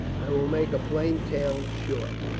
i will make a plain tale short.